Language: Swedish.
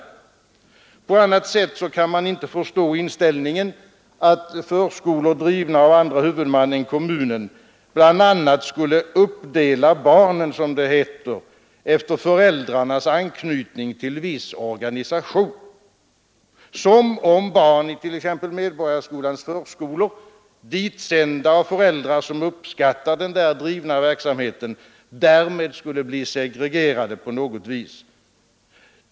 På annat sätt kan jag inte förstå inställningen att förskolor, drivna av annan huvudman än kommunen, bl.a. skulle uppdela barnen, som det heter, efter föräldrarnas anknytning till viss organisation — som om barn i t.ex. Medborgarskolans förskolor, ditsända av föräldrar som uppskattar den där bedrivna verksamheten, därmed skulle bli segregerade på något vis.